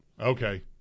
Okay